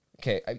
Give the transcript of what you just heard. Okay